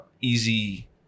easy